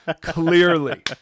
clearly